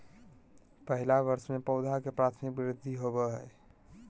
पहला वर्ष में पौधा के प्राथमिक वृद्धि होबो हइ